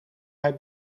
hij